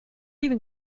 even